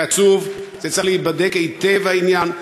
זה עצוב, זה צריך להיבדק היטב, העניין.